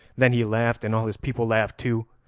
then he laughed, and all his people laughed too,